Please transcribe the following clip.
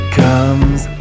comes